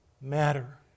matter